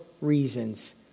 reasons